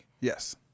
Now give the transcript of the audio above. Yes